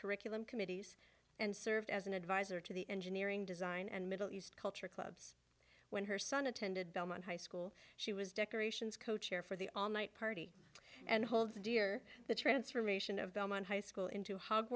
curriculum committees and served as an advisor to the engineering design and middle east culture clubs when her son attended belmont high school she was decorations co chair for the all night party and holds dear the transformation of belmont high school into hog